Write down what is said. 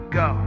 go